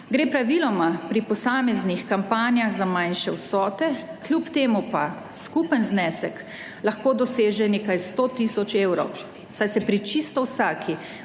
gre praviloma pri posameznih kampanjah za manjše vsote, kljub temu pa skupen znesek lahko doseže nekaj sto tisoč evrov, saj se pri čisto vsaki